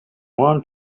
want